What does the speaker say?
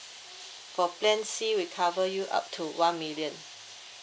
for plan C we cover you up to one million